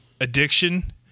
addiction